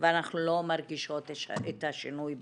ואנחנו לא מרגישות את השינוי בשטח.